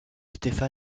stefan